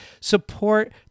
support